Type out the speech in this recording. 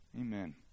Amen